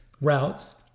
routes